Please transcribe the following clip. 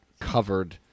covered